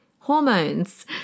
Hormones